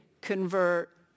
convert